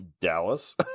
Dallas